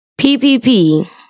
ppp